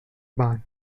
barn